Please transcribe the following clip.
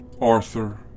Arthur